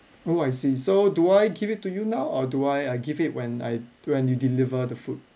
oh I see so do I give it to you now or do I I give it when I when you deliver the food